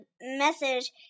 message